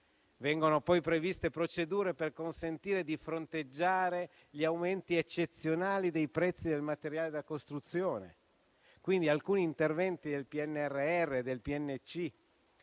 Vengono poi previste procedure per consentire di fronteggiare gli aumenti eccezionali dei prezzi del materiale da costruzione, quindi alcuni interventi del PNRR e del PNC